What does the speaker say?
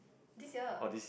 this year